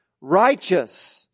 righteous